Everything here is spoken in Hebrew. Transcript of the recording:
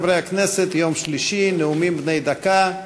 חברי הכנסת, יום שלישי, נאומים בני דקה.